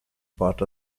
part